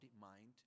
mind